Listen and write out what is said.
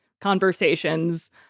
conversations